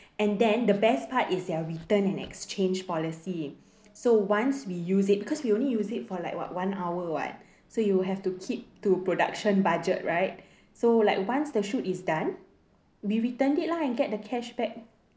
and then the best part is their return and exchange policy so once we use it because we only use it for like what one hour what so you have to keep to production budget right so like once the shoot is done we returned it lah and get the cashback